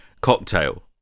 Cocktail